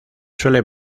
suele